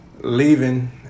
leaving